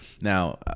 Now